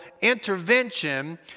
intervention